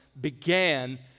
began